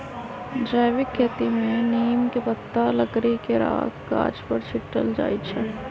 जैविक खेती में नीम के पत्ता, लकड़ी के राख गाछ पर छिट्ल जाइ छै